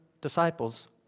disciples